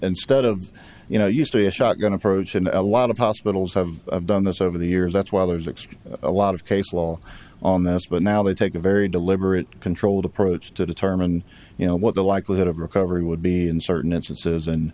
instead of you know used to a shotgun approach and a lot of hospitals have done this over the years that's why others expect a lot of case law on this but now they take a very deliberate controlled approach to determine you know what the likelihood of recovery would be in certain instances and